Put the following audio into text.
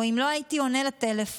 או אם לא הייתי עונה לטלפון?